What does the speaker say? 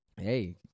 hey